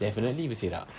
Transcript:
definitely berselerak